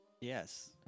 Yes